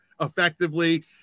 effectively